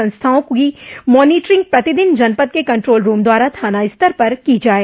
संस्थाओं की मानिटरिंग प्रतिदिन जनपद के कंट्रोल रूम द्वारा थाना स्तर पर की जाये